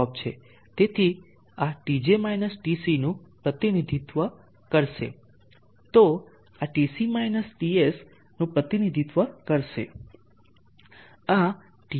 તેથી આ Tj minus Tc નું પ્રતિનિધિત્વ કરશે આ Tc માઈનસ Ts નું પ્રતિનિધિત્વ કરશે આ Ts માઈનસ T ને રજૂ કરશે